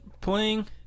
playing